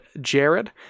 Jared